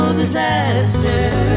disaster